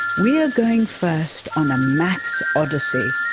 we are going first on a maths odyssey,